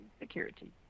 Security